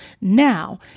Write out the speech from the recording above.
Now